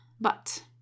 But